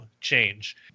change